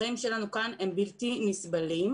החיים שלנו כאן הם בלתי נסבלים,